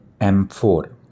M4